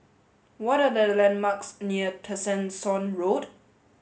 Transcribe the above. what are the landmarks near Tessensohn Road